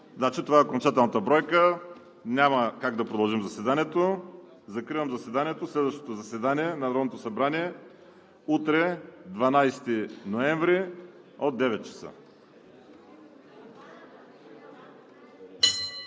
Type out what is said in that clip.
Това е окончателната бройка. Няма как да продължим заседанието. Закривам заседанието. Следващото заседание на Народното събрание – утре, 12 ноември 2020 г.,